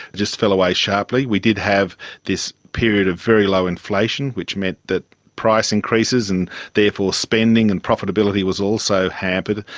just fell away sharply. we did have this period of very low inflation which meant that price increases and therefore spending and profitability was also hampered.